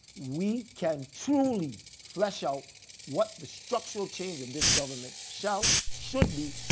we can truly flush out what the structural change of this government shall, should be,